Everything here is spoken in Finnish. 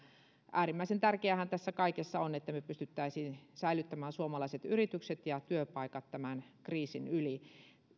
äärimmäisen tärkeää tässä kaikessa on että pystyttäisiin säilyttämään suomalaiset yritykset ja työpaikat tämän kriisin yli